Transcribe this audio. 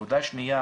נקודה שנייה